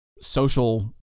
social